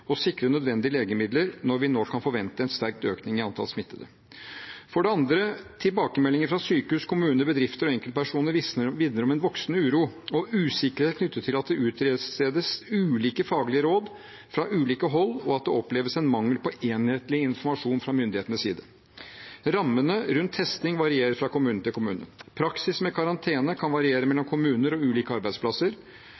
og beskyttelsesutstyr og sikre nødvendige legemidler når vi nå kan forvente en sterk økning i antall smittede. For det andre: Tilbakemeldinger fra sykehus, kommuner, bedrifter og enkeltpersoner minner om en voksende uro og usikkerhet knyttet til at det utstedes ulike faglige råd fra ulike hold, og at det oppleves en mangel på enhetlig informasjon fra myndighetenes side. Rammene rundt testing varierer fra kommune til kommune. Praksis med karantene kan variere